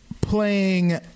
playing